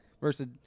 versus